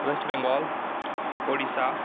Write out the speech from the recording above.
West Bengal Odisha